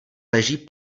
leží